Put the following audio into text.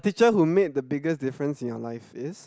teacher who made the biggest difference in your life is